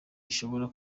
bishobora